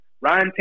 Ryan